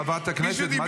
--- חברת הכנסת מטי, די.